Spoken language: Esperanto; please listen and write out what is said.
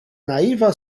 naiva